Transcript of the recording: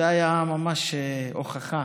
זו הייתה ממש הוכחה